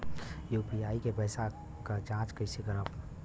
UPI के पैसा क जांच कइसे करब?